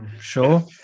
Sure